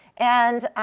and